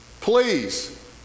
Please